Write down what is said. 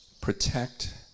Protect